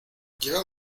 lleva